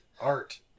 art